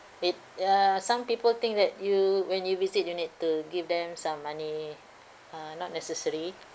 ya some people think that you when you visit you need to give them some money uh not necessary